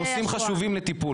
נושאים חשובים לטיפול.